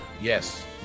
Yes